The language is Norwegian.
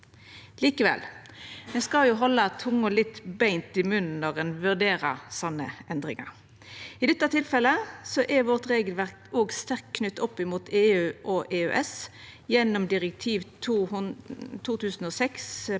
Likevel: Me skal halda tunga litt beint i munnen når me vurderer slike endringar. I dette tilfellet er vårt regelverk òg sterkt knytt opp mot EU og EØS gjennom direktiv 2006/